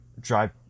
Drive